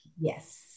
Yes